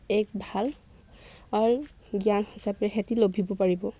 এক ভাল জ্ঞান হিচাপে সিহঁতি লভিব পাৰিব